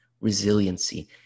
resiliency